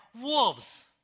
wolves